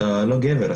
אתה לא גבר,